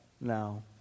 now